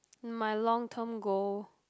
mm my long term goal